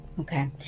Okay